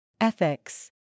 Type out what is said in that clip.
Ethics